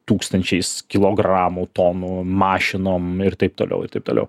tūkstančiais kilogramų tonų mašinom ir taip toliau ir taip toliau